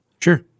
Sure